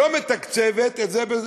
לא מתקצבת את זה.